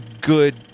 good